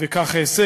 וכך אעשה.